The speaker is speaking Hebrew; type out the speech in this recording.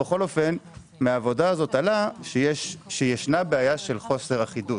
אבל מהעבודה הזו עלה שישנה בעיה של חוסר אחידות